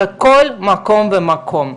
בכל מקום ומקום.